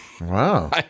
Wow